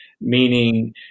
meaning